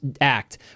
act